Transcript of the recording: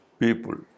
people